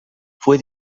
fue